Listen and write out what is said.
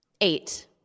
Eight